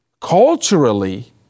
Culturally